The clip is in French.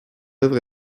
œuvre